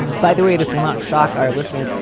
by the way, this will not shock our listeners.